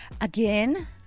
again